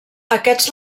aquests